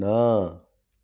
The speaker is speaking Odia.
ନା